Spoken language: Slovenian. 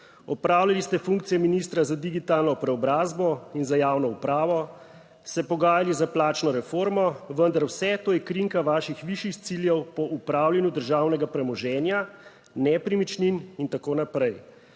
opravljali ste funkcijo ministra za digitalno preobrazbo in za javno upravo, se pogajali za plačno reformo, vendar vse to je krinka vaših višjih ciljev po upravljanju državnega premoženja, nepremičnin in tako naprej,